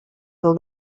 del